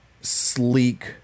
sleek